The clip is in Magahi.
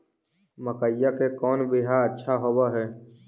मकईया के कौन बियाह अच्छा होव है?